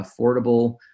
affordable